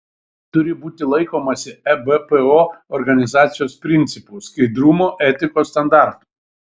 turi būti laikomasi ebpo organizacijos principų skaidrumo etikos standartų